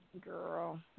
Girl